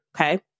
Okay